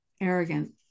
arrogant